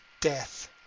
death